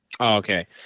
Okay